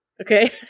Okay